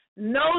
no